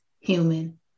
human